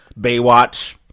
Baywatch